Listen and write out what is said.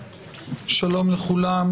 שלום לכולם,